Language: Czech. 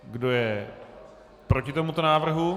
Kdo je proti tomuto návrhu?